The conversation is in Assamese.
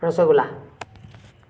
ৰচগোল্লা